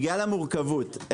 בגלל המורכבות.